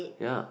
yeah